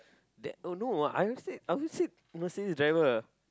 that oh no I won't sit I won't sit Mercedes driver